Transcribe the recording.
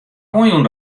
oanjûn